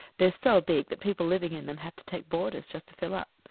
they're so big that people living in them have to take boarders just to fill up.